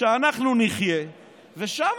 שאנחנו נחיה ושמה,